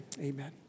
amen